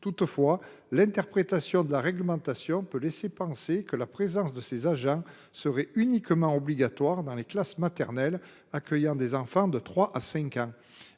Toutefois, l’interprétation de la réglementation peut laisser penser que la présence de ces agents serait uniquement obligatoire dans les classes maternelles accueillant des enfants de 3 à 5 ans.